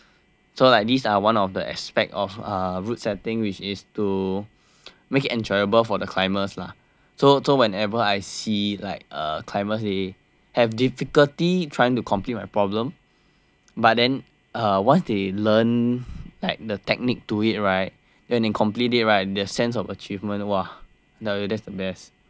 so like these are one of the aspect of uh route setting which is to make it enjoyable for the climbers lah so so whenever I see like uh climbers they have difficulty trying to complete my problem but then uh once they learn that the technique to it right then they complete it right their sense of achievement !wah! that's the best